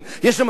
יש שם תינוקות?